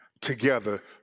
together